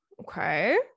okay